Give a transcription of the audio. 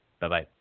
Bye-bye